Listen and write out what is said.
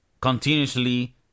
continuously